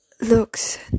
looks